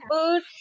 food